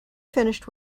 finished